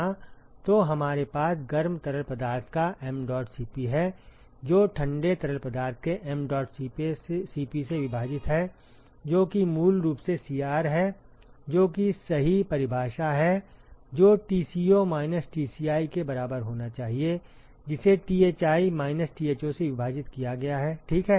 तो हमारे पास गर्म तरल पदार्थ का mdot Cp है जो ठंडे तरल पदार्थ के mdot Cp से विभाजित है जो कि मूल रूप से Cr है जो कि सही परिभाषा है जो Tco माइनस Tci के बराबर होना चाहिए जिसे Thi माइनस Tho से विभाजित किया गया है ठीक है